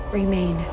remain